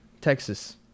Texas